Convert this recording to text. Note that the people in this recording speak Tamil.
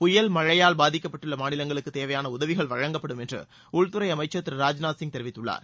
புயல் மழையால் பாதிக்கப்பட்டுள்ள மாநிலங்களுக்கு தேவையான உதவிகள் வழங்கப்படும் என்று உள்துறை அமைச்சர் திரு ராஜ்நாத்சிங் தெரிவித்துள்ளார்